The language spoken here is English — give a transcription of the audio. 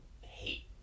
hate